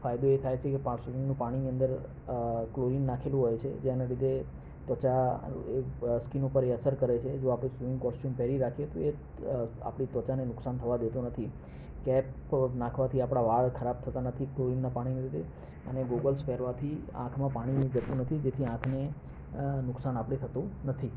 ફાયદો એ થાય છે કે પાર સ્વિમિંગના પાણીની અંદર ક્લોરિન નાખેલું હોય છે જેના લીધે ત્વચા એ સ્કીન ઉપર એ અસર કરે છે જો આપણે સ્વિમિંગ કોશ્ચૂમ પહેરી રાખીએ તો એ આપણી ત્વચાને નુકસાન થવા દેતો નથી કેપ નાખવાથી આપણા વાળ ખરાબ થતા નથી ક્લોરિનના પાણીના લીધે અને ગોગલ્સ પહેરવાથી આંખમાં પાણી જતું નથી જેથી આંખને નુકસાન આપણે થતું નથી